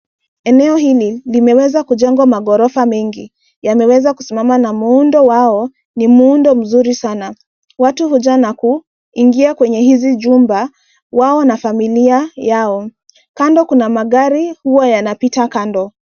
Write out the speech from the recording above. Eneo hili limeweza kujengwa maghorofa mengi. Yameweza kusimama na muundo wao ni muundo mzuri sana, watu huja na kuingia kwenye hizi jumba wao na familia yao, kando kuna magari huwa yanapita kando.